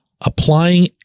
applying